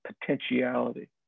potentiality